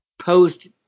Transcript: post-